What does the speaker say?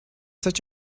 such